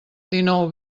dinou